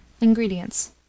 Ingredients